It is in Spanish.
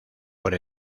por